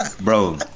Bro